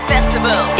Festival